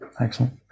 excellent